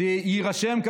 יירשם,